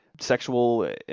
sexual